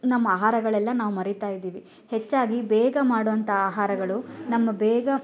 ನಮ್ಮ ಆಹಾರಗಳೆಲ್ಲ ನಾವು ಮರಿತಾಯಿದ್ದೀವಿ ಹೆಚ್ಚಾಗಿ ಬೇಗ ಮಾಡುವಂಥಾ ಆಹಾರಗಳು ನಮ್ಮ ಬೇಗ